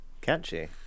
Catchy